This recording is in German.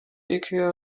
ikea